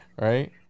right